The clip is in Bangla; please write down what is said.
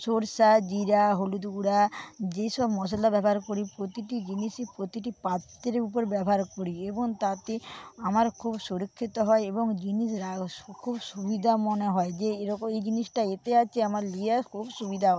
সর্ষে জিরা হলুদ গুড়া যেসব মশলা ব্যবহার করি প্রতিটি জিনিসই প্রতিটি পাত্রের উপর ব্যবহার করি এবং তাতে আমার খুব সুরক্ষিত হয় এবং জিনিস খুব সুবিধা মনে হয় যে এইরকম এই জিনিসটা এতে আছে আমার নিয়ে খুব সুবিধা